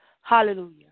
Hallelujah